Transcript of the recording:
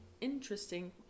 interesting